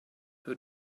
who